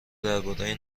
درباره